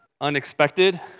unexpected